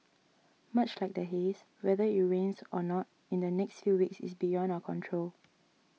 much like the haze whether it rains or not in the next few weeks is beyond our control